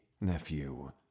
nephew